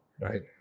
right